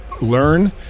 learn